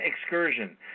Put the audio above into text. excursion